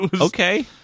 Okay